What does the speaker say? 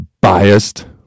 Biased